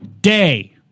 day